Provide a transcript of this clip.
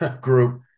group